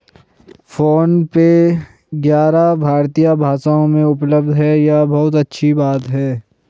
phone पे ग्यारह भारतीय भाषाओं में उपलब्ध है यह बहुत अच्छी बात है